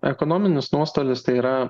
ekonominis nuostolis tai yra